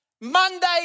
Monday